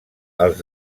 els